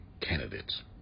candidates